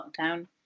lockdown